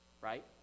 Right